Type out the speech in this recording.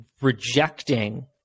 rejecting